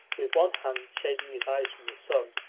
with one hand shading his eyes from the sun,